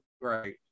Right